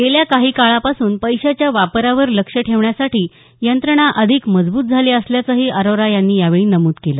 गेल्या काही काळापासून पैशाच्या वापरावर लक्ष ठेवण्यासाठी यंत्रणा अधिक मजबूत झाली असल्याचंही अरोरा यांनी यावेळी नमूद केलं